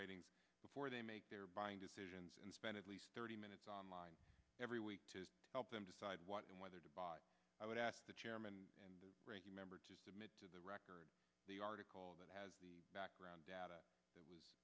ratings before they make their buying decisions and spend at least thirty minutes online every week to help them decide what and whether to buy i would ask the chairman and ranking member to submit to the record the article that has the background data that was